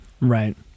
Right